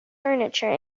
furniture